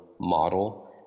model